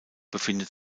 befindet